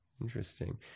Interesting